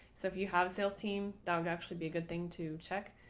so if you have a sales team, that would actually be a good thing to check.